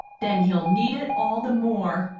then he'll need it all the more.